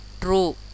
true